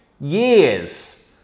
years